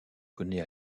connait